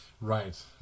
Right